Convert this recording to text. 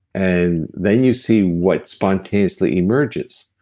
and then, you see what spontaneously emerges,